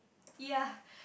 ya